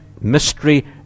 mystery